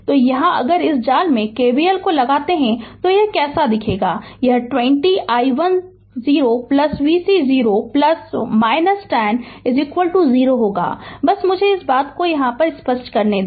तो यहाँ अगर इस जाल में KVL लगाते हैं तो यह कैसा दिखेगा यह 20 i 1 0 vc 0 10 0 होगा बस मुझे यह बात करने दो